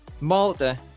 Malta